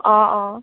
অঁ অঁ